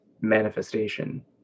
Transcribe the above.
manifestation